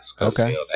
okay